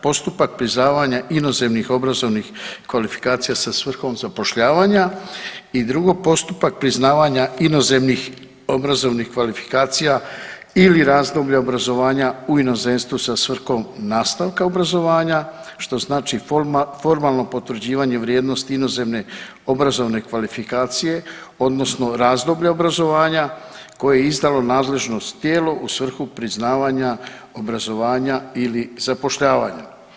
Postupak priznavanja inozemnih obrazovnih kvalifikacija sa svrhom zapošljavanja i drugo postupak priznavanja inozemnih obrazovanih kvalifikacija ili razdoblja obrazovana u inozemstvu sa svrhom nastavka obrazovanja što znači formalno potvrđivanje vrijednosti inozemne obrazovne kvalifikacije odnosno razdoblja obrazovanja koje je izdalo nadležno tijelo u svrhu priznavanja obrazovanja ili zapošljavanja.